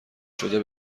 شده